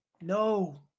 No